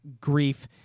grief